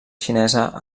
xinesa